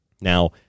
Now